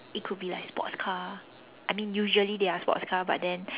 it could be like sports car I mean usually they are sports car but then